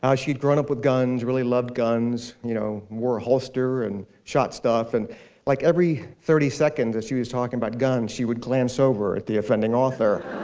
ah she'd grown up with guns, really loved guns, you know wore a holster, and shot stuff, and like every thirty seconds that she was talking about guns, she would glance over at the offending author.